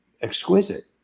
exquisite